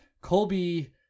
Colby